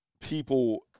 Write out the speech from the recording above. people